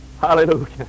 Hallelujah